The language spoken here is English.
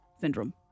syndrome